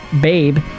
Babe